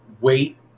wait